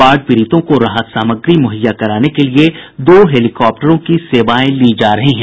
बाढ़ पीड़ितों को राहत सामग्री मुहैया कराने के लिए दो हेलीकॉप्टरों की सेवाएं ली जा रही हैं